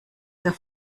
der